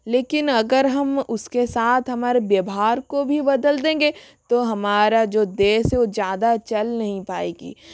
लेकिन अगर हम उसके साथ हमारे व्यवहार को भी बदल देंगे तो हमारा जो देश है वह ज़्यादा चल नहीं पाएगी